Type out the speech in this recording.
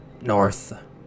North